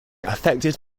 affected